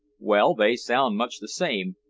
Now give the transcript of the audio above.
well, they sound much the same.